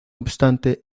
obstante